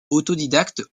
autodidacte